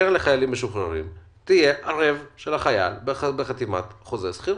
למה שהקרן לחיילים משוחררים לא תהיה ערבה לחייל בחתימת חוזה שכירות?